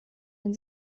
den